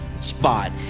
spot